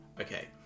Okay